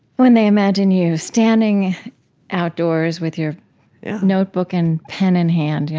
when they imagine you standing outdoors with your notebook and pen in hand, you